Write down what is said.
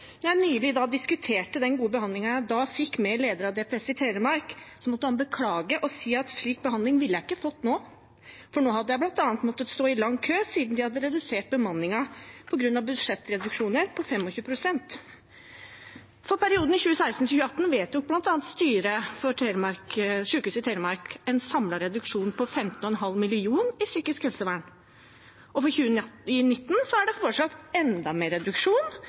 jeg nylig diskuterte den gode behandlingen jeg fikk, med lederen av DPS i Telemark, måtte han beklage og si at slik behandling ville jeg ikke fått nå, for nå hadde jeg bl.a. måttet stå i lang kø fordi de hadde redusert bemanningen på grunn av budsjettreduksjoner på 25 pst. For perioden 2016–2018 vedtok bl.a. styret for Sykehuset Telemark en samlet reduksjon på 15,5 mill. kr innen psykisk helsevern, og for 2018–2019 er det foreslått enda mer reduksjon